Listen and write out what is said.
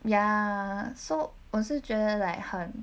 ya so 我是觉得 like 很